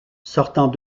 sortant